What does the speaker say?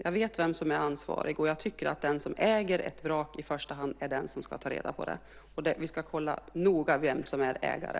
Jag vet vem som är ansvarig, och jag tycker att den som äger ett vrak i första hand är den som ska ta reda på vraket. Vi ska noga kolla vem som är ägare.